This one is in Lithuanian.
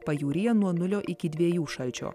pajūryje nuo nulio iki dviejų šalčio